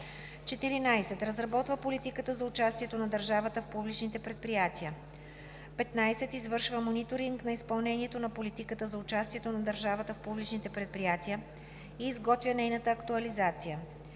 14. разработва политиката за участието на държавата в публичните предприятия; 15. извършва мониторинг на изпълнението на политиката за участието на държавата в публичните предприятия и изготвя нейната актуализация;